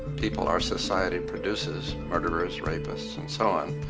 people our society produces murderers, rapists and so on.